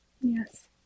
Yes